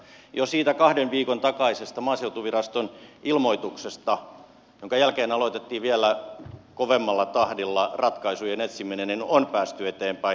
jo siitä kahden viikon takaisesta maaseutuviraston ilmoituksesta jonka jälkeen aloitettiin vielä kovemmalla tahdilla ratkaisujen etsiminen on päästy eteenpäin